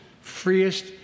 freest